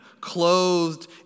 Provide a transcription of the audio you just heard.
clothed